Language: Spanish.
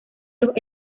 los